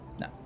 No